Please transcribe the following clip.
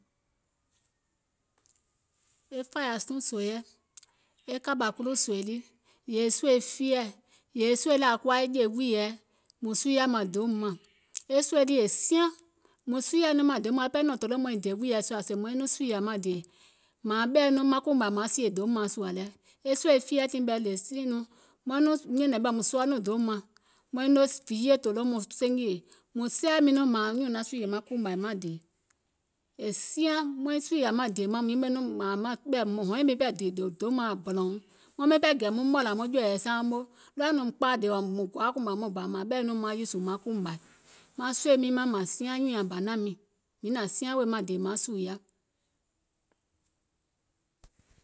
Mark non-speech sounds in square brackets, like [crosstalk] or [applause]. E fȧyȧ stone sòiɛ̀, e kɔ̀ɓà kulò sòi lii, yèè sòi fiyeɛ̀, yèè sòi lɛ̀ ȧŋ kuwa jè wùìyèɛ, mùŋ suuyȧ maŋ deèum mȧŋ, e sòi lii è siaŋ, mùŋ suuyȧiŋ nɔŋ deèum mȧŋ e pɛɛ nɔ̀ŋ tòloò maiŋ dè wùiyèɛ sùȧ sèè maiŋ nɔŋ sùùyȧ maŋ dèè, mȧȧŋ ɓɛ̀i nɔŋ maŋ kuùmȧì maŋ sìè deèum mȧŋ sùȧ lɛ, e sòi fiyeɛ̀ tiŋ ɓɛɛ the same nɔŋ, maŋ nɔŋ nyɛ̀nɛŋ ɓɛ̀ mùŋ sɔɔ nɔŋ deèum mȧŋ, maiŋ noo viiyè tòloò maŋ senjèè, mùŋ sɛɛ̀ɛ̀ mìŋ nɔŋ mȧȧŋ nyùùŋ naŋ sùùyè kuùmȧɨ maŋ dèè, è siaŋ maiŋ sùùyà maŋ dèè maŋ, [unintelligible] mùŋ hɔɛ̀ŋ ɓɛɛ dìì dò deèum mȧŋ yaȧ bɔ̀lɔ̀uŋ, maŋ miŋ gè maŋ mɔ̀lȧ maŋ jɔ̀ɔ̀yɛ̀ saaŋ moo ɗɔɔɛ̀ nɔŋ kpaa dèè ɔ̀ɔ̀ mùŋ gɔaȧ kùmȧ mɔɔ̀ŋ bȧ mȧȧŋ ɓɛ̀i nɔŋ maŋ ùùsù maŋ kuùmȧì, maŋ sòi miiŋ mȧŋ siaŋ nyùùŋ nyaŋ banȧŋ miìŋ, miiŋ nȧŋ siaŋ wèè maŋ dèè maŋ sùùya.